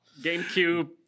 GameCube